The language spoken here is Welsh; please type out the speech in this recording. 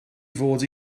fod